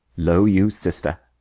lo you, sister!